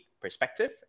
perspective